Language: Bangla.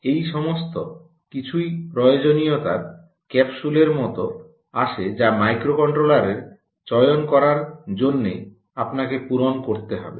এই সমস্ত কিছুই প্রয়োজনীয়তার ক্যাপসুলের মতো আসে যা মাইক্রোকন্ট্রোলারের চয়ন করার জন্য আপনাকে পূরণ করতে হবে